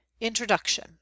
Introduction